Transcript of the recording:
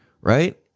right